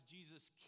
Jesus